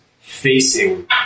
facing